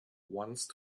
once